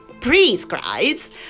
prescribes